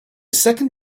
second